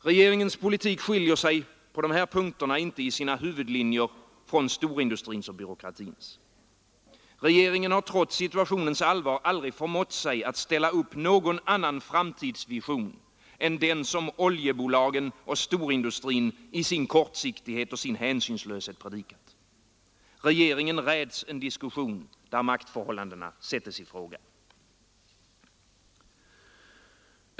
Regeringens politik skiljer sig på de här punkterna inte i sina huvudlinjer från storindustrins och byråkratins. Regeringen har trots situationens allvar aldrig förmått sig att ställa upp någon annan framtidsvision än den som oljebolagen och storindustrin i sin kortsiktighet och i sin hänsynslöshet predikat. Regeringen räds en diskussion där maktförhållandena sätts i fråga.